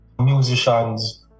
musicians